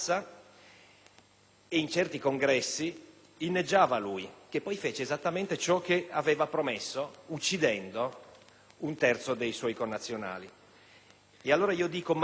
e in certi congressi, inneggiavano a lui, che poi fece esattamente ciò aveva promesso, uccidendo un terzo dei suoi connazionali. Allora, mai più